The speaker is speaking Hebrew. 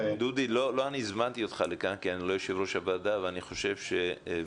לא אני הזמנתי אותך לכאן כי אני לא יו"ר הועדה ואני חושב שזה